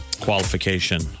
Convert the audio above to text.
qualification